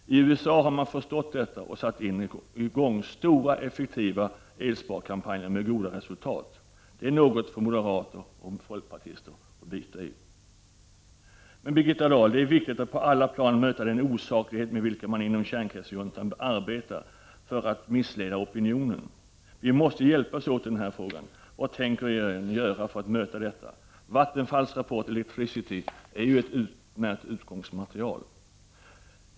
I USA har man förstått detta och har satt i gång stora och effektiva elsparkampanjer med goda resultat. Det är något för moderater och folkpartister att bita i. Men, Birgitta Dahl, det är viktigt att på alla plan möta den osaklighet med vilken man inom kärnkraftsjuntan arbetar för att missleda opinionen. Vi måste hjälpas åt i denna fråga. Vad tänker regeringen göra? Vattenfalls rapport ”Electricity” är ett utmärkt utgångsmaterial.